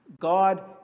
God